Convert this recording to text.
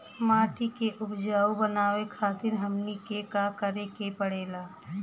माटी के उपजाऊ बनावे खातिर हमनी के का करें के पढ़ेला?